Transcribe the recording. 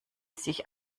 sich